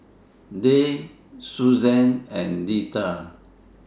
Dayle Susanne and Deetta